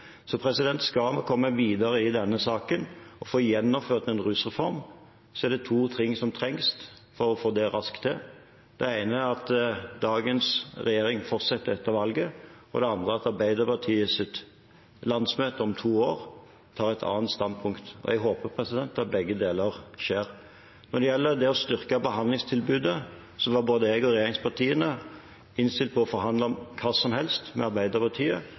Skal vi komme videre i denne saken og få gjennomført en rusreform, er det to ting som trengs for å få det raskt til. Det ene er at dagens regjering fortsetter etter valget, og det andre er at Arbeiderpartiets landsmøte om to år tar et annet standpunkt. Jeg håper at begge deler skjer. Når det gjelder å styrke behandlingstilbudet, var både jeg og regjeringspartiene innstilt på å forhandle om hva som helst med Arbeiderpartiet